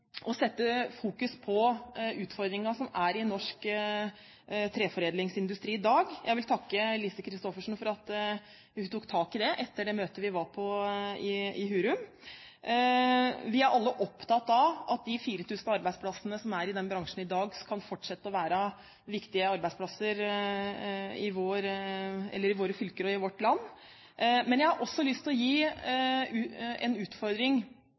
å fokusere på utfordringene som er i norsk treforedlingsindustri i dag. Jeg vil takke Lise Christoffersen for at hun tok tak i dette etter det møtet vi var på i Hurum. Vi er alle opptatt av at de 4 000 arbeidsplassene som er i denne bransjen i dag, kan fortsette å være viktige arbeidsplasser i våre fylker og i vårt land. Men jeg har også lyst til å gi en utfordring